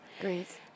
Great